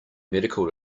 medical